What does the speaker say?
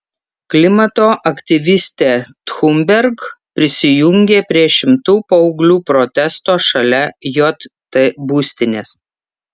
klimato aktyvistė thunberg prisijungė prie šimtų paauglių protesto šalia jt būstinės